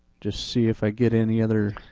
just see if i get any other.